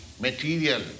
material